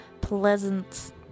pleasant